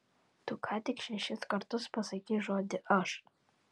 tu ką tik šešis kartus pasakei žodį aš